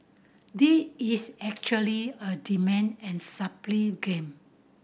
this is actually a demand and supply game